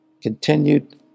continued